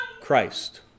Christ